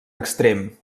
extrem